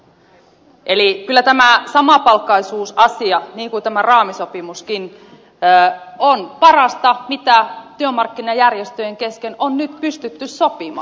eli kyllä tämä samapalkkaisuusasia niin kuin tämä raamisopimuskin on parasta mitä työmarkkinajärjestöjen kesken on nyt pystytty sopimaan